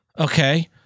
okay